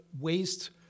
waste